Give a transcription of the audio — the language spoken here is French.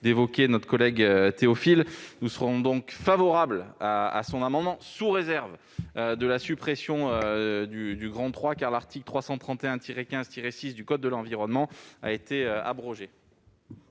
d'évoquer notre collègue Théophile. Nous serons donc favorables à son amendement, sous réserve de la suppression de la référence à l'article L. 331-15-6 du code de l'environnement, qui a été abrogé.